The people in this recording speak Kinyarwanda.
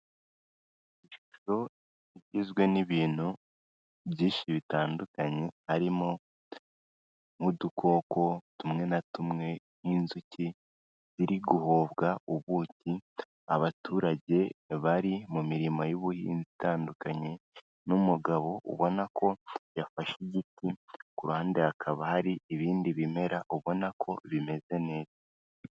Igizwe n'ibintu byinshi bitandukanye harimo, nk'udukoko tumwe na tumwe nk'inzuki ziri guhovwa ubuki abaturage bari mu mirimo y'ubuhinzi itandukanye, n'umugabo ubona ko yafashe igiti kuruhande hakaba hari ibindi bimera ubona ko bimeze neza.